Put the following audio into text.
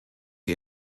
die